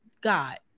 God